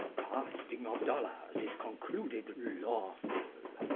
casting of dollars is concluded lawful.